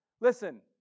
Listen